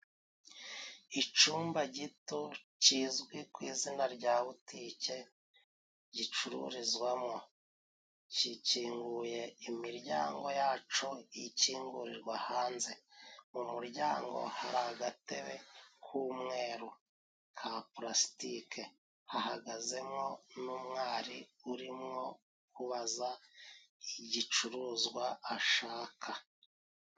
Icumba gito kizwi ku izina rya butike gicururizwamo kikinguye imiryango yaco ikingurirwa hanze, mu muryango hari agatebe k'umweru ka palasitike, hahagazemo n'umwari urimo kubaza igicuruzwa ashaka.